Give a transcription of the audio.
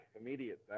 immediate